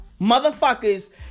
Motherfuckers